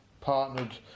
partnered